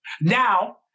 Now